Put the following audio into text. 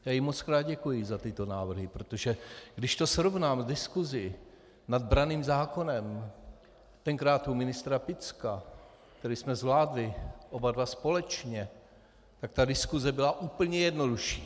Já jí mockrát děkuji za tyto návrhy, protože když to srovnám s diskusí nad branným zákonem tenkrát u ministra Picka, který jsme zvládli oba dva společně, tak ta diskuse byla úplně jednodušší.